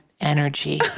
energy